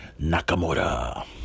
Nakamura